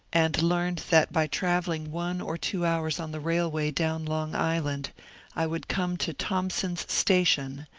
and learned that by travelling one or two hours on the railway down long island i would come to thompson's station,